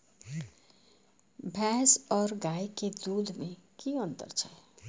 भैस और गाय के दूध में कि अंतर छै?